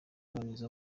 n’izo